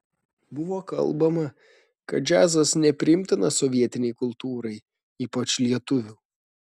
buvo kalbama kad džiazas nepriimtinas sovietinei kultūrai ypač lietuvių